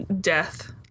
death